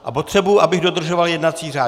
A potřebuji, abych dodržoval jednací řád.